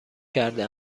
کرده